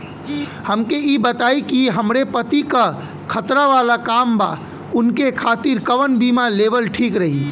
हमके ई बताईं कि हमरे पति क खतरा वाला काम बा ऊनके खातिर कवन बीमा लेवल ठीक रही?